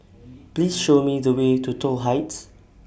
Please Show Me The Way to Toh Heights